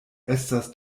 estas